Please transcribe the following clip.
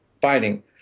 fighting